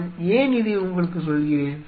நான் ஏன் இதை உங்களுக்கு சொல்கிறேன்